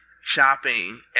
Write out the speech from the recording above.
shopping